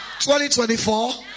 2024